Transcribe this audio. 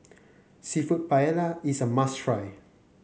seafood Paella is a must try